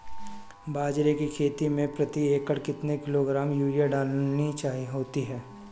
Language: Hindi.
बाजरे की खेती में प्रति एकड़ कितने किलोग्राम यूरिया डालनी होती है?